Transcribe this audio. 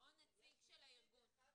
נציג של הארגון,